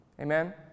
Amen